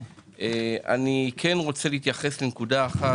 אני כן רוצה להתייחס לנקודה אחת,